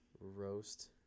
Roast